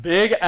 Big